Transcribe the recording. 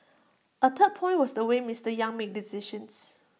A third point was the way Mister yang made decisions